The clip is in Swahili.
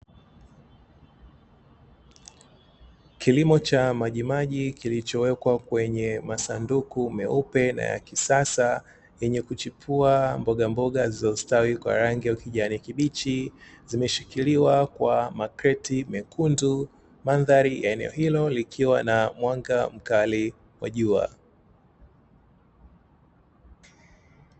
Kilimo cha maji maji kilichowekwa kwenye masanduku meupe na yakisasa yenye kuchipua mbogamboga zilizostawi kwa rangi ya kijani kibichi, zimeshikiliwa kwa makreti mekundu, mandhari ya eneo hilo likiwa na mwanga mkali wa jua.